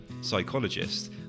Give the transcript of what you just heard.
psychologist